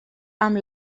amb